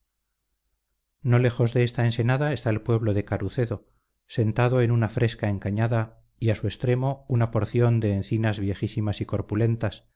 no lejos de esta ensenada está el pueblo de carucedo sentado en una fresca encañada y a su extremo una porción de encinas viejísimas y corpulentas